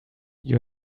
you